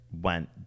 went